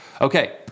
Okay